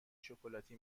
شکلاتی